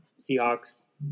Seahawks